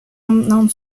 honom